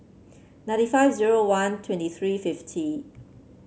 ninety five zero one twenty three fifty